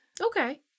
Okay